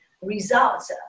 results